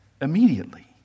immediately